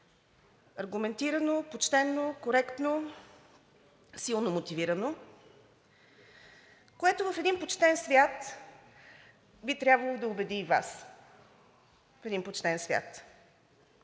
аргументирано, почтено, коректно, силно мотивирано, което в един почтен свят би трябвало да убеди и Вас. В един почтен свят!